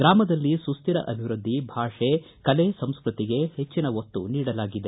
ಗ್ರಾಮದಲ್ಲಿ ಸುಕ್ಕರ ಅಭಿವೃದ್ಧಿ ಭಾಷೆ ಕಲೆ ಸಂಸ್ಟತಿಗೆ ಹೆಚ್ಚಿನ ಒತ್ತು ನೀಡಲಾಗಿದೆ